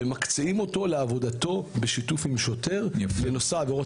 לעבודתו בשיתוף עם שוטר לנושא עבירות